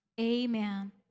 Amen